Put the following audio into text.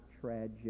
tragic